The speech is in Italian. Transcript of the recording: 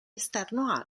esterno